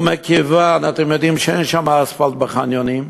ומכיוון, אתם יודעים, שאין שם אספלט, בחניונים,